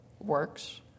works